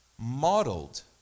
modeled